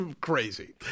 crazy